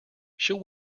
she’ll